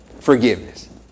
Forgiveness